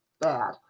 bad